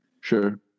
Sure